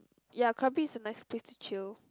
ya Krabi is a nice place to chill